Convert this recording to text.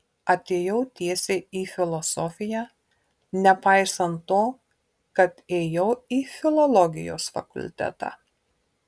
atėjau tiesiai į filosofiją nepaisant to kad ėjau į filologijos fakultetą